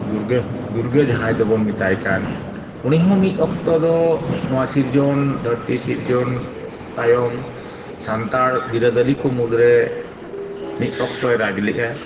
ᱫᱩᱨᱜᱟᱹ ᱫᱩᱨᱜᱟᱹ ᱡᱟᱦᱟᱸᱭ ᱫᱚᱵᱚᱱ ᱢᱮᱛᱟᱭᱠᱟᱱ ᱩᱱᱤᱦᱚᱸ ᱢᱤᱫ ᱚᱠᱛᱚ ᱫᱚ ᱱᱚᱣᱟ ᱥᱤᱨᱡᱚᱱ ᱫᱷᱟᱹᱨᱛᱤ ᱥᱤᱨᱡᱚᱱ ᱛᱟᱭᱚᱢ ᱥᱟᱱᱛᱟᱲ ᱵᱤᱨᱟᱹᱫᱟᱞᱤ ᱠᱚ ᱢᱩᱫᱽᱨᱮ ᱢᱤᱫ ᱚᱠᱛᱚᱭ ᱨᱟᱡᱽ ᱞᱮᱜᱼᱟ